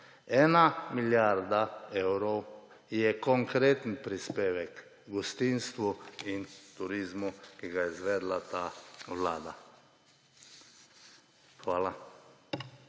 Ena milijarda evrov je konkreten prispevek gostinstvu in turizmu, ki ga je izvedla ta vlada. Hvala.